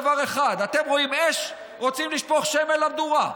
דבר אחד: אתם רואים אש ורוצים לשפוך שמן למדורה,